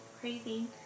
Crazy